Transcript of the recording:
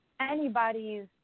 anybody's